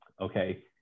okay